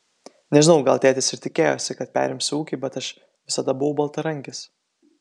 nežinau gal tėtis ir tikėjosi kad perimsiu ūkį bet aš visada buvau baltarankis